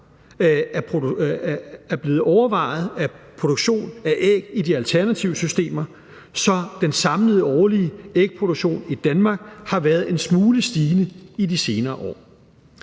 er blevet opvejet af produktionen af æg i de alternative systemer, så den samlede årlige ægproduktion i Danmark har været en smule stigende i de senere år.